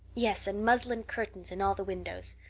yes, and muslin curtains in all the windows.